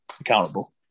accountable